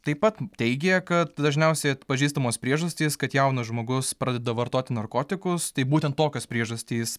taip pat teigia kad dažniausiai atpažįstamos priežastys kad jaunas žmogus pradeda vartoti narkotikus tai būtent tokios priežastys